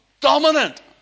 dominant